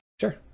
Sure